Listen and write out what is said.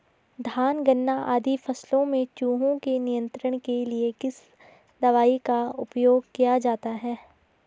धान गन्ना आदि फसलों में चूहों के नियंत्रण के लिए किस दवाई का उपयोग किया जाता है?